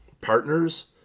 Partners